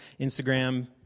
Instagram